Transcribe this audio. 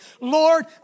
Lord